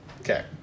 Okay